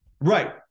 Right